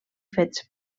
fets